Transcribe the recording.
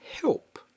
help